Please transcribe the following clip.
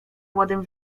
młodym